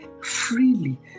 freely